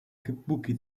kabuki